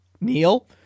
Neil